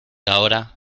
ahora